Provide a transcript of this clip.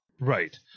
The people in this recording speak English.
Right